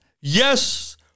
Yes